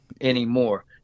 anymore